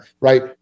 right